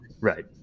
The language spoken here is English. Right